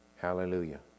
hallelujah